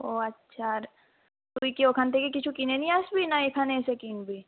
ও আচ্ছা আর তুই কি ওখান থেকে কিছু কিনে নিয়ে আসবি না এখানে এসে কিনবি